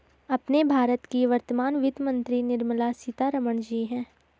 अपने भारत की वर्तमान वित्त मंत्री निर्मला सीतारमण जी हैं